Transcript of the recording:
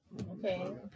Okay